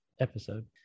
episode